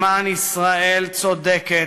למען ישראל צודקת,